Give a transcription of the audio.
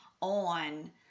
on